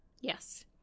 Yes